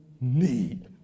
need